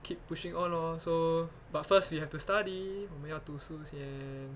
keep pushing on lor so but first you have to study 我们要读书先